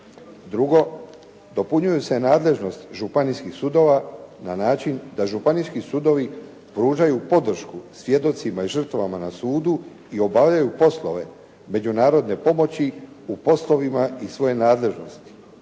Drugo, dopunjuju se nadležnost županijskih sudova na način da županijski sudovi pružaju podršku svjedocima i žrtvama na sudu i obavljaju poslove međunarodne pomoći u poslovima iz svoje nadležnosti.